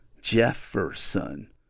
Jefferson